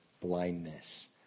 blindness